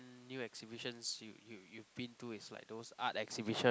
new exhibitions you you you been to is like those art exhibition